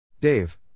Dave